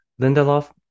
Lindelof